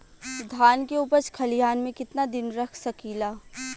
धान के उपज खलिहान मे कितना दिन रख सकि ला?